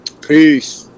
Peace